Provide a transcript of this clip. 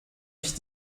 ich